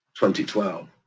2012